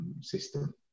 system